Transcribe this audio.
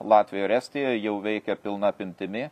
latvijoj ir estijoj jau veikia pilna apimtimi